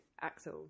Axel